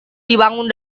dibangun